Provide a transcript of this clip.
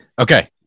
okay